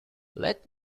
let